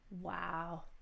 wow